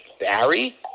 Barry